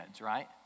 right